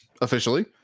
officially